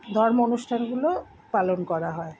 ধর্ম অনুষ্ঠানগুলো পালন করা হয়